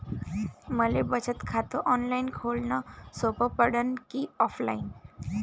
मले बचत खात ऑनलाईन खोलन सोपं पडन की ऑफलाईन?